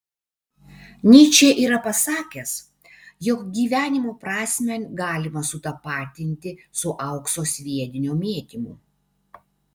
nyčė yra pasakęs jog gyvenimo prasmę galima sutapatinti su aukso sviedinio mėtymu